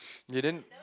you didn't